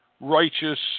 righteous